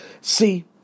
See